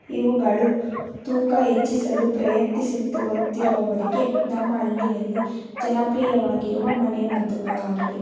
ಇವುಗಳು ತೂಕ ಹೆಚ್ಚಿಸಲು ಪ್ರಯತ್ನಿಸುತ್ತಿರುವವರಿಗೆ ನಮ್ಮ ಹಳ್ಳಿಯಲ್ಲಿ ಜನಪ್ರಿಯವಾಗಿರುವ ಮನೆಮದ್ದುಗಳಾಗಿವೆ